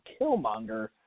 Killmonger